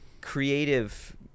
creative